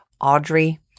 Audrey